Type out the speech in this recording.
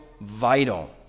vital